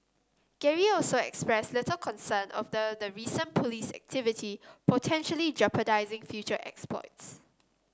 Gary also expressed little concern of the recent police activity potentially jeopardising future exploits